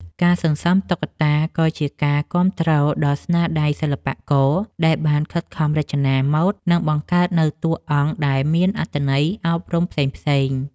ការសន្សំតុក្កតាក៏ជាការគាំទ្រដល់ស្នាដៃសិល្បករ ដែលបានខិតខំរចនាម៉ូដ និងបង្កើតនូវតួអង្គដែលមានអត្ថន័យអប់រំផ្សេងៗ។